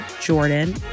Jordan